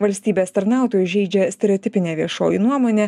valstybės tarnautojus žeidžia stereotipinė viešoji nuomonė